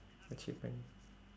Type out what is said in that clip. achievement